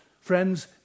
Friends